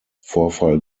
vorfall